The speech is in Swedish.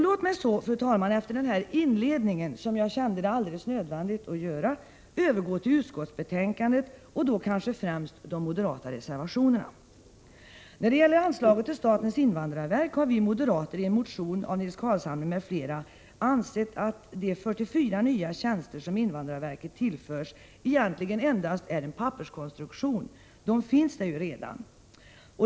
Låt mig så, fru talman, efter denna inledning, som jag kände det alldeles nödvändigt att göra, övergå till utskottsbetänkandet och då kanske främst de moderata reservationerna. När det gäller anslaget till statens invandrarverk har vi moderater i en motion av Nils Carlshamre m.fl. ansett att de 44 nya tjänster som invandrarverket tillförs egentligen endast är en papperskonstruktion — de finns där ju redan.